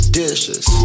dishes